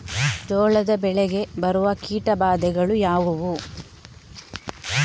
ಜೋಳದ ಬೆಳೆಗೆ ಬರುವ ಕೀಟಬಾಧೆಗಳು ಯಾವುವು?